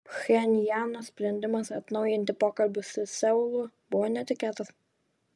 pchenjano sprendimas atnaujinti pokalbius su seulu buvo netikėtas